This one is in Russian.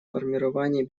формировании